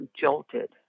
jolted